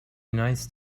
nice